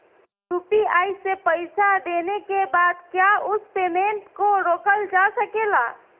UPI से पईसा देने के बाद क्या उस पेमेंट को रोकल जा सकेला?